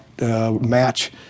match